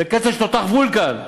בקצב של תותח וולקן,